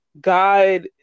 God